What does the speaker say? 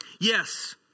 yes